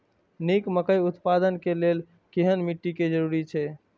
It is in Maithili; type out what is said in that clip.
निक मकई उत्पादन के लेल केहेन मिट्टी के जरूरी छे?